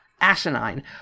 asinine